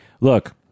look